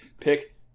Pick